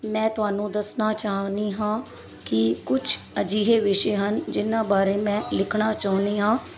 ਮੈਂ ਤੁਹਾਨੂੰ ਦੱਸਣਾ ਚਾਹੁੰਦੀ ਹਾਂ ਕਿ ਕੁਛ ਅਜਿਹੇ ਵਿਸ਼ੇ ਹਨ ਜਿਹਨਾਂ ਬਾਰੇ ਮੈਂ ਲਿਖਣਾ ਚਾਹੁੰਦੀ ਹਾਂ